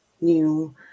new